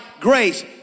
Grace